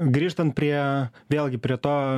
grįžtant prie vėlgi prie to